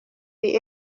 lil